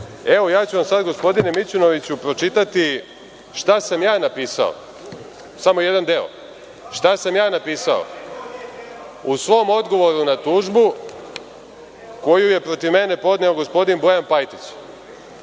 evo ja ću vam sada, gospodine Mićunoviću, pročitaću šta sam ja napisao, samo jedan deo, šta sam ja napisao u svom odgovoru na tužbu koju je protiv mene podneo gospodin Bojan Pajtić.